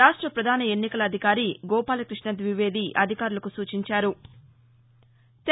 రాష్ట పధాన ఎన్నికల అధికారి గోపాలకృష్ణ ద్వివేది అధికారులకు సూచించారు